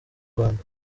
rwanda